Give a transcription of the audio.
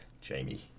Jamie